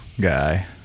Guy